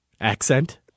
accent